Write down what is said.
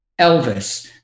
Elvis